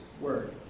word